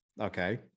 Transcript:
okay